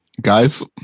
Guys